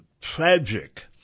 tragic